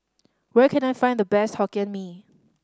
where can I find the best Hokkien Mee